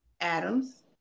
Adams